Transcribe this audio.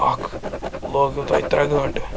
اَکھ لٲگِو تۄہہِ ترٛےٚ گٲنٛٹہٕ